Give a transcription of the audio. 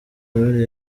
aurore